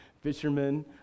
fishermen